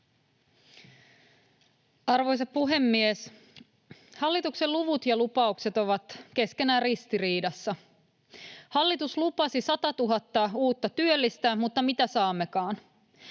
Arvoisa puhemies! Hallituksen luvut ja lupaukset ovat keskenään ristiriidassa. Hallitus lupasi 100 000 uutta työllistä, mutta mitä saammekaan?